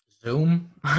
Zoom